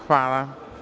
Hvala.